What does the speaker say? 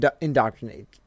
indoctrinate